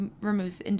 removes